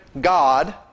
God